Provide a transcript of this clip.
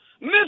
miss